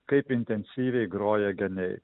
kaip intensyviai groja geniai